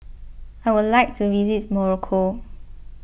I would like to visit Morocco